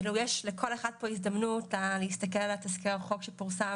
כאילו יש לכל אחד פה הזדמנות להסתכל על תסקיר החוק שפורסם,